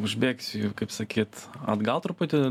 užbėgsiu jau kaip sakyt atgal truputį